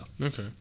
Okay